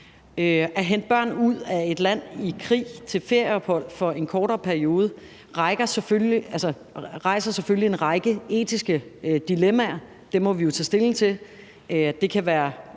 At hente børn ud af et land i krig til ferieophold for en kortere periode rejser selvfølgelig en række etiske dilemmaer. Dem må vi jo tage stilling til. Det kan være,